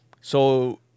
so-